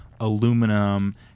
aluminum